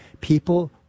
people